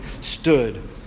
stood